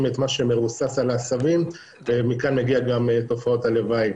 את מה שמרוסס על העשבים ומכאן מגיעות גם תופעות הלוואי.